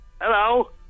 Hello